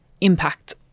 impact